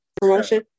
promotion